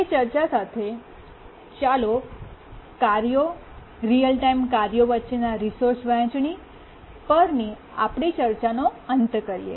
તે ચર્ચા સાથે ચાલો કાર્યો રીઅલ ટાઇમ કાર્યો વચ્ચેના રિસોર્સ વહેંચણી પરની આપણી ચર્ચાઓનો અંત કરીએ